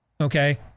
okay